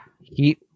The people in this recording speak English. Heat